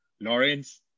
Lawrence